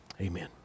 Amen